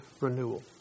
renewal